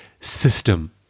system